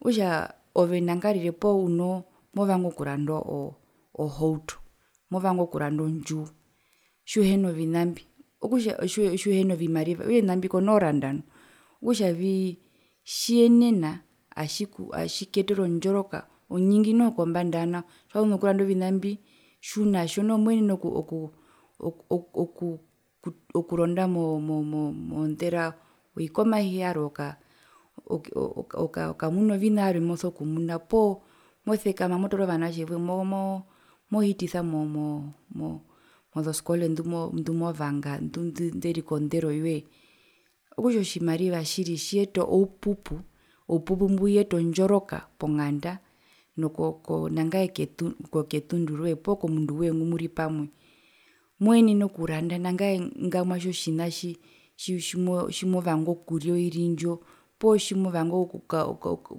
Okutja ove nangarire poo unoo movanga okuranda oo o ohauto movanga okuranda ondjiwo tjiuhena ovinambi okutja tjiuhena ovimariva okutja ovina mbi komooranda nu okutjavii tjiyenena atjiku atjikuyetere ondjoroka onyingi noho kombanda yanao tjiwazu nokuranda ovina mbi tjiunatjo noho moenene oku oku oku okuronda mo mo mondera oi komahi yarwe okaa oka oka okamuna ovina vyarwe mbimoso kumuna poo mosekama motoora ovanatje woye momo mohitisa mo mo mo mozoskole ndumo ndumo vanga ndu nde nderi kondero yoye okutja otjimariva tjiri tjiyeta oupupu oupupu mbwi uyeta ondjoroka ponganda nako ko nangae ketundu rwee poo komunduwee ngumuri pamwe moenene okuranda nangae ngamwa itjo tjina atji tjimo tjimovanga okuria oiri ndjo poo tjimovanga oku oku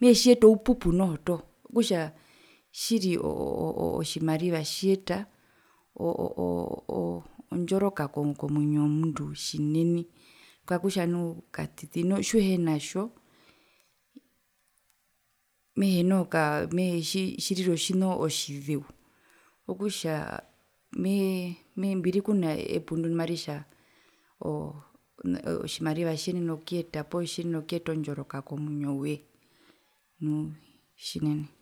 mehee tjiyeta oupupu noho toho okutja tjiri oo oo otjimariva tjiyeta oo oo ondjoroka komwinyo womundu tjinene kakutja nu katiti nu tjiuhenatjo mehee noho kaa mehe tjirira otjina otjizeu, okutjaa mehee mbiri kunepu ndo ndimaritja oo otjimariva tjiyenena okuyeta ondjoroka komwinyo woye tjinene.